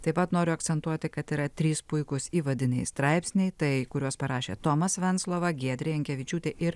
taip pat noriu akcentuoti kad yra trys puikūs įvadiniai straipsniai tai kuriuos parašė tomas venclova giedrė jankevičiūtė ir